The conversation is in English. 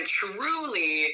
truly